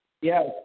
Yes